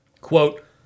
Quote